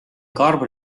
karm